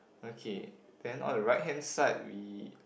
okay then on the right hand side we